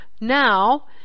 now